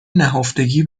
نهفتگی